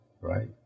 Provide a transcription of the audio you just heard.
right